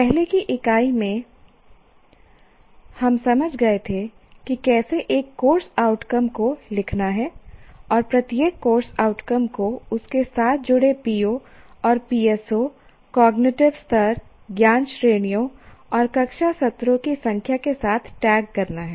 पहले की इकाई में हम समझ गए थे कि कैसे एक कोर्स आउटकम को लिखना है और प्रत्येक कोर्स आउटकम को उसके साथ जुड़े PO और PSO कॉग्निटिव स्तर ज्ञान श्रेणियों और कक्षा सत्रों की संख्या के साथ टैग करना है